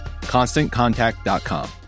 ConstantContact.com